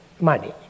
money